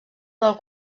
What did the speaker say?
del